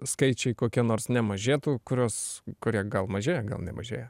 skaičiai kokie nors nemažėtų kuriuos kurie gal mažėja gal nemažėja